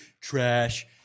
trash